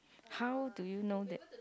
how do you know that